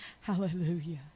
Hallelujah